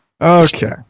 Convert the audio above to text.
Okay